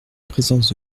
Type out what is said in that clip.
présence